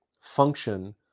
function